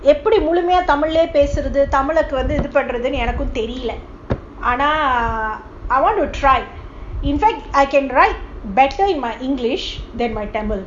எப்படிமுழுமையாதமிழையேபேசுறதுதமிழுக்குவந்துஇதுபண்றதுனுஎனக்கேதெரியலஆனா:eppadi mulumaya tamilaye pesurathu tamiluku vandhu idhu panrathunu enake theriala I want to try in fact I can write better in my english than my tamil